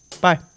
Bye